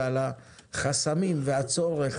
ועל החסמים והצורך